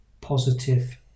positive